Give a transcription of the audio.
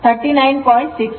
61r L ω ಆಗಿದೆ